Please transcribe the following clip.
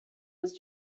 was